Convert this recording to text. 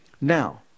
Now